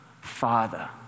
Father